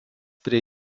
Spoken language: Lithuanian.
prie